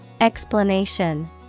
Explanation